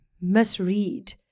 misread